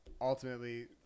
ultimately